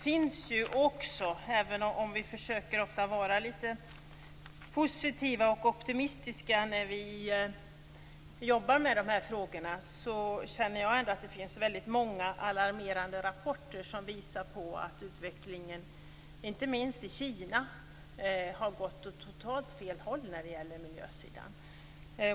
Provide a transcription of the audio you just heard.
Även om vi ofta försöker vara lite positiva och optimistiska när vi jobbar med dessa frågor, känner jag ändå att det finns väldigt många alarmerande rapporter som visar på att utvecklingen, inte minst i Kina, har gått åt helt fel håll när det gäller miljön.